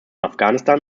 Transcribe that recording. afghanistan